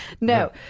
No